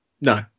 no